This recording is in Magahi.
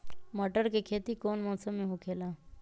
मटर के खेती कौन मौसम में होखेला?